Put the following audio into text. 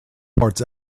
parts